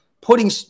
putting